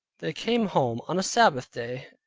they came home on a sabbath day,